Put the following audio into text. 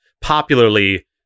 popularly